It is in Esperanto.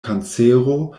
kancero